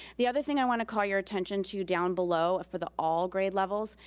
the other thing i wanna call your attention to down below, for the all grade levels,